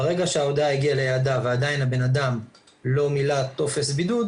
ברגע שההודעה הגיעה ליעדה ועדיין הבנאדם לא מילא טופס בידוד,